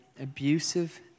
abusive